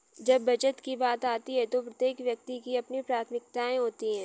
जब बचत की बात आती है तो प्रत्येक व्यक्ति की अपनी प्राथमिकताएं होती हैं